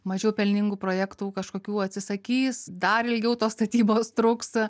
mažiau pelningų projektų kažkokių atsisakys dar ilgiau tos statybos truks